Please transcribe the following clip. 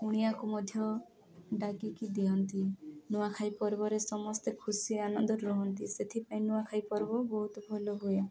କୁଣିଆକୁ ମଧ୍ୟ ଡ଼ାକିକି ଦିଅନ୍ତି ନୂଆଖାଇ ପର୍ବରେ ସମସ୍ତେ ଖୁସି ଆନନ୍ଦ ରୁହନ୍ତି ସେଥିପାଇଁ ନୂଆଖାଇ ପର୍ବ ବହୁତ ଭଲ ହୁଏ